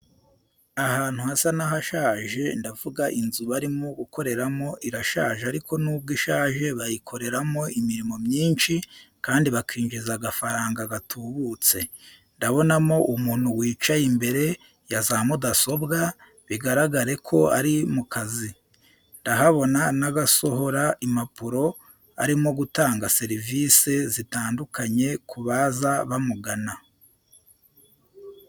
Ahantu hasa n'ahashaje, ndavuga inzu barimo gukoreramo irashaje ariko n'ubwo ishaje bayikoreramo imirimo myinshi kandi bakinjiza agafaranga gatubutse. Ndabonamo umuntu wicaye imbere ya za mudasobwa, bigaragare ko ari mu kazi. Ndahabona n'agasohora impapuro arimo gutanga serivise zitandukanye ku baza bamugana.